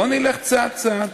בוא נלך צעד צעד,